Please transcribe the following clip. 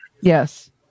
Yes